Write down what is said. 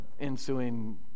ensuing